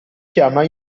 chiama